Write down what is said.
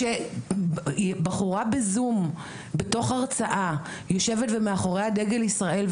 כשבחורה בזום בתוך הרצאה יושבת ומאחוריה דגל ישראל,